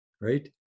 right